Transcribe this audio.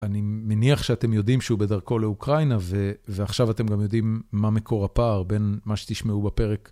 אני מניח שאתם יודעים שהוא בדרכו לאוקראינה, ועכשיו אתם גם יודעים מה מקור הפער בין מה שתשמעו בפרק.